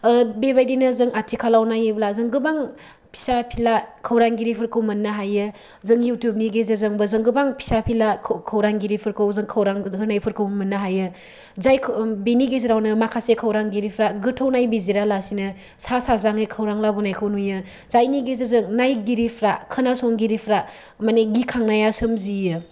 बेबायदिनो जों आथिखालाव नायोब्ला जों गोबां फिसा फिला खौरांगिरिफोरखौ मोननो हायो जों युटुबनि गेजेरजोंबो जों गोबां फिसा फिला खौरांगिरिफोरखौ जों खौरां होनायफोरखौ मोननो हायो जाय बिनि गेजेरावनो माखासे खौरांगिरिफ्रा गोथौ नायबिजिरालासेनो सा साज्राङै खौरां लाबोनायखौ नुयो जायनि गेजेरजों नायगिरिफ्रा खोनासंगिरिफ्रा माने गिखांनाया सोमजियो